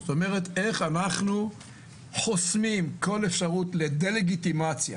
כלומר, איך אנחנו חוסמים כל אפשרות לדה לגיטימציה